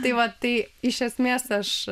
tai va tai iš esmės aš